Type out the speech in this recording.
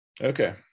Okay